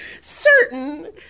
Certain